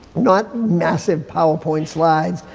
not massive powerpoint slides,